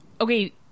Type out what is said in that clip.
Okay